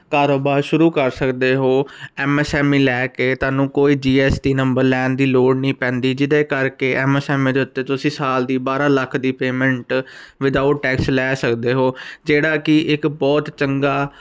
ਕਾਰੋਬਾਰ ਸ਼ੁਰੂ ਕਰ ਸਕਦੇ ਹੋ ਐਮ ਐਸ ਐਮ ਲੈ ਕੇ ਤੁਹਾਨੂੰ ਕੋਈ ਜੀ ਐਸ ਟੀ ਨੰਬਰ ਲੈਣ ਦੀ ਲੋੜ ਨਹੀਂ ਪੈਂਦੀ ਜਿਹਦੇ ਕਰਕੇ ਐਸ ਐਸ ਐਮ ਦੇ ਉੱਤੇ ਤੁਸੀਂ ਸਾਲ ਦੀ ਬਾਰਾਂ ਲੱਖ ਦੀ ਪੇਮੈਂਟ ਵਿਦਆਊਟ ਟੈਕਸ ਲੈ ਸਕਦੇ ਹੋ ਜਿਹੜਾ ਕਿ ਇੱਕ ਬਹੁਤ ਚੰਗਾ